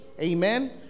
amen